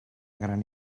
gran